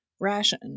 Ration